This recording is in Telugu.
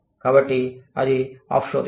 కాబట్టి అది ఆఫ్ షోరింగ్